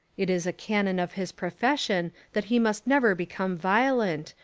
it is a canon of his profession that he must never become violent,